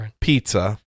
pizza